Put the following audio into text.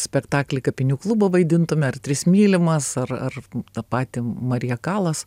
spektaklį kapinių klubą vaidintume ar tris mylimas ar ar tą patį marija kalas